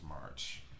March